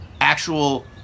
actual